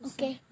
Okay